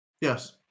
Yes